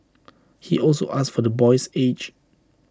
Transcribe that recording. he also asked for the boy's age